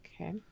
Okay